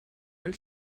and